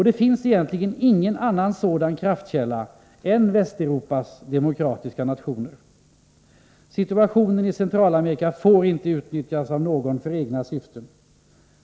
Det finns egentligen ingen annan sådan kraftkälla än Västeuropas demokratiska nationer. Situationen i Centralamerika får inte utnyttjas av någon för egna syften.